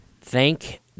Thank